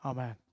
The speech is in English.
Amen